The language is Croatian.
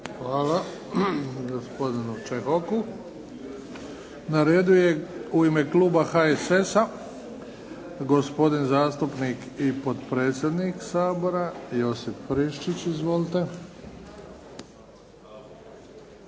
Hvala gospodinu Čehoku. Na redu je u ime Kluba HSS-a gospodin zastupnik i potpredsjednik Sabora Josip Friščić. Izvolite.